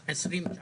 ו-20'.